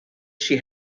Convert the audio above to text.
she